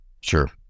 Sure